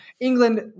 England